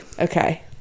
Okay